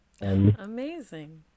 Amazing